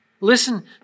Listen